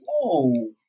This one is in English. whoa